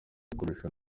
gukoreshwa